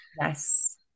Yes